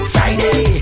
Friday